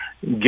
get